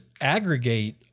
aggregate